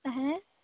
ᱦᱮᱸ